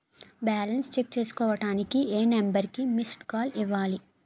Balance check చేసుకోవటానికి ఏ number కి మిస్డ్ కాల్ ఇవ్వాలి?